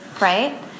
right